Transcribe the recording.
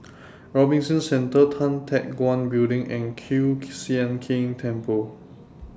Robinson Centre Tan Teck Guan Building and Kiew Sian King Temple